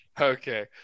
okay